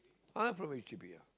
ah from h_d_b ya